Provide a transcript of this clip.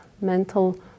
mental